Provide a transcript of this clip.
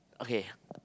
okay